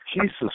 Jesus